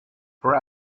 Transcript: for